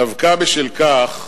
דווקא בשל כך,